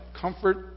Comfort